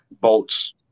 bolts